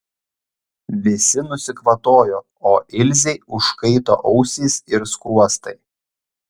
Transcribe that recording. visi nusikvatojo o ilzei užkaito ausys ir skruostai